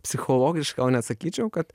psichologiškai o nesakyčiau kad